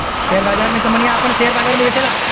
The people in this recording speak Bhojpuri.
शेअर बाजार मे कंपनियन आपन सेअर बाजार मे बेचेला